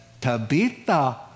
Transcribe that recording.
Tabitha